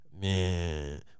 man